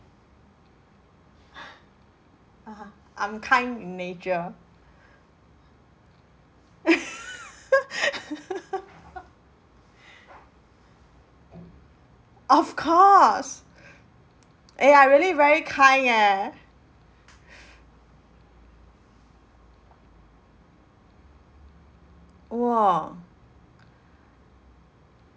(uh huh) I'm kind in nature of course eh I really very kind eh !whoa!